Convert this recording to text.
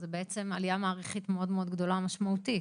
זו בעצם עלייה מעריכית מאוד גדולה משמעותית.